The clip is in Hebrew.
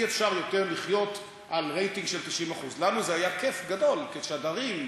אי-אפשר יותר לחיות על רייטינג של 90%. לנו זה היה כיף גדול כשדרים.